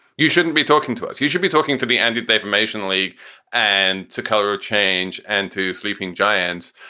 you shouldn't be talking to us, you should be talking to be ended defamation league and to cultural change and to sleeping giants,